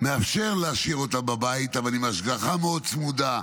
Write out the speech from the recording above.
מאפשר להשאיר אותם בבית, אבל עם השגחה מאוד צמודה,